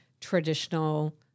traditional